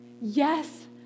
Yes